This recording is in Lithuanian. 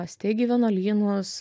steigė vienuolynus